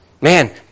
Man